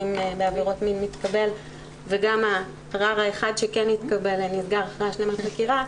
בעבירות מין מתקבל וגם הערר האחד שכן התקבל נסגר אחרי השלמת חקירה.